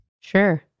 sure